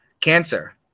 Cancer